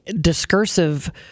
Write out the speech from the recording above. discursive